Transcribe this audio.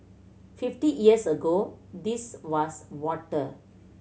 fifty years ago this was water